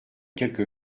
quelque